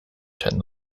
ten